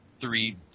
three